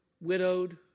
widowed